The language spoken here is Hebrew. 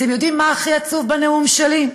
אתם יודעים מה הכי עצוב בנאום שלי?